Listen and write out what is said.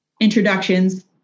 introductions